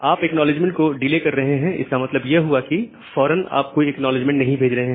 आप एक्नॉलेजमेंट को डीले कर रहे हैं इसका मतलब यह हुआ की फौरन आप कोई एक्नॉलेजमेंट नहीं भेज रहे हैं